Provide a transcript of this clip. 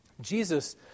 Jesus